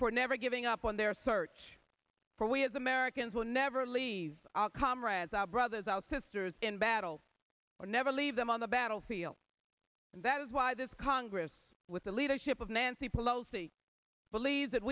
for never giving up on their search for we as americans will never leave as our brothers our sisters in battle i'll never leave them on the battlefield and that is why this congress with the leadership of nancy pelosi believes that